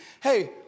hey